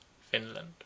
Finland